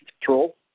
control